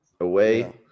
away